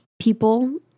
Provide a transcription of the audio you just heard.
people